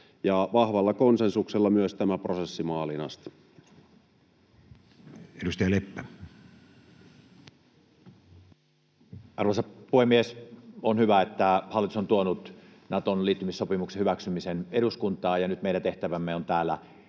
ja voimaansaattamiseksi Time: 13:06 Content: Arvoisa puhemies! On hyvä, että hallitus on tuonut Naton liittymissopimuksen hyväksymisen eduskuntaan, ja nyt meidän tehtävämme on täällä